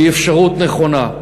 היא אפשרות נכונה.